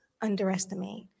underestimate